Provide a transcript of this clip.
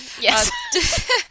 Yes